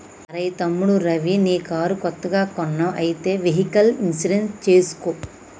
అరెయ్ తమ్ముడు రవి నీ కారు కొత్తగా కొన్నావ్ అయితే వెహికల్ ఇన్సూరెన్స్ చేసుకో